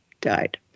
died